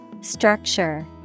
Structure